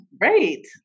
great